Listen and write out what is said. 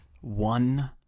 One